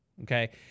okay